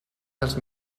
dels